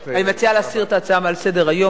אני מציעה להסיר את ההצעה מעל סדר-היום,